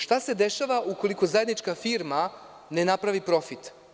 Šta se dešava ukoliko zajednička firma ne napravi profit?